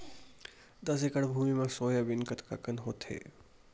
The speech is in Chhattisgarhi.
दस एकड़ भुमि म सोयाबीन कतका कन होथे?